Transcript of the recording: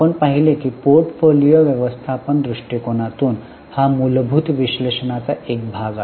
आपण पाहिले की पोर्टफोलिओ व्यवस्थापन दृष्टिकोनातून हा मूलभूत विश्लेषणाचा एक भाग आहे